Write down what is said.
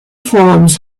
forms